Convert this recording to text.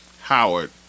Howard